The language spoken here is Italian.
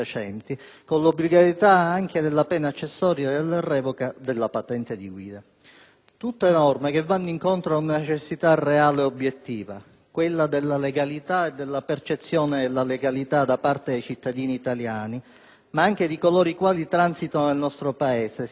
tutte norme che vanno incontro ad una necessità reale ed obiettiva: quella della legalità e della percezione della legalità da parte dei cittadini italiani, ma anche di coloro i quali transitano nel nostro Paese, sia come turisti, sia come soggetti in cerca di un onesto lavoro.